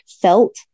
felt